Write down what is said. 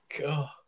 God